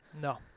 No